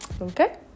okay